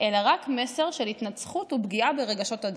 אלא רק מסר של התנצחות ופגיעה ברגשות הדת".